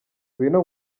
ngwino